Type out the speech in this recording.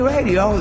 Radio